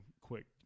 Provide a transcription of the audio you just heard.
quick